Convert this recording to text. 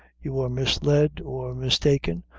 you were misled or mistaken,